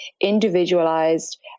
individualized